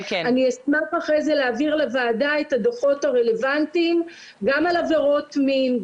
אני אשמח אחרי זה להעביר לוועדה את הדוחות הרלוונטיים גם על עבירות מין,